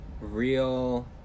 Real